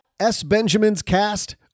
SBenjaminsCast